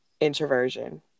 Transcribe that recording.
introversion